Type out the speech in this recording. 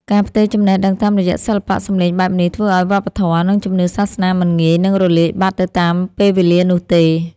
ការផ្ទេរចំណេះដឹងតាមរយៈសិល្បៈសម្លេងបែបនេះ ធ្វើឱ្យវប្បធម៌ និងជំនឿសាសនាមិនងាយនឹងរលាយបាត់ទៅតាមពេលវេលានោះទេ